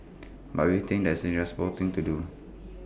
but we think that IT is responsible thing to do